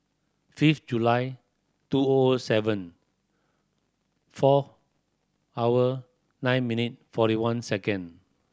fifth July two O O seven four hour nine minute forty one second